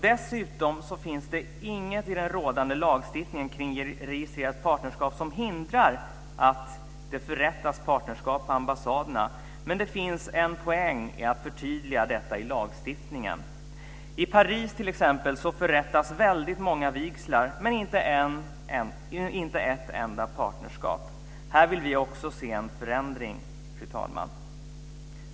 Det finns inget i den rådande lagstiftningen kring registrerat partnerskap som hindrar att partnerskap förrättas på ambassaderna, men det finns en poäng i att förtydliga detta i lagstiftningen. I t.ex. Paris förrättas väldigt många vigslar men inte ett enda partnerskap. Här vill vi också se en förändring, fru talman.